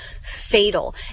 fatal